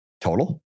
Total